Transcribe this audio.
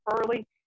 early